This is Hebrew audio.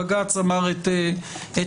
בג"ץ אמר את עמדתו,